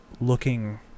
looking